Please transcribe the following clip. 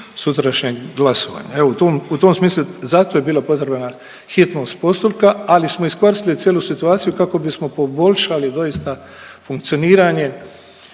sutrašnjeg glasovanja. Evo u tom, u tom smislu zato je bila potrebna hitnost postupka, ali smo iskoristili cijelu situaciju kako bismo poboljšali doista funkcioniranje,